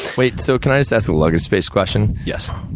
wait, so could i just ask the luggage space question? yes.